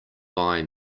buy